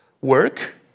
work